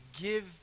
give